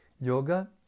Yoga